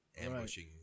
ambushing